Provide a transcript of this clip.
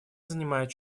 занимает